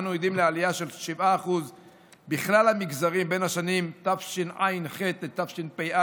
אנו עדים לעלייה של 7% בכלל המגזרים בשנים תשע"ח לתשפ"א.